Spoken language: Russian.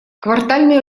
квартальный